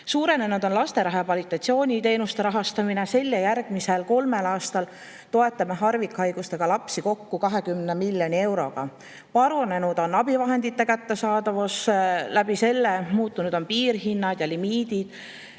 Suurenenud on laste rehabilitatsiooniteenuste rahastamine. Sel ja järgmisel kolmel aastal toetame harvikhaigustega lapsi kokku 20 miljoni euroga. Paranenud on abivahendite kättesaadavus selle tõttu, et on muutunud piirhinnad ja limiidid,